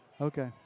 Okay